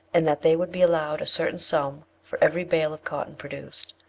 and that they would be allowed a certain sum for every bale of cotton produced.